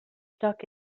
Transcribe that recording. stuck